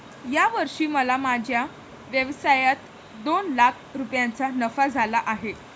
या वर्षी मला माझ्या व्यवसायात दोन लाख रुपयांचा नफा झाला आहे